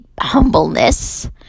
humbleness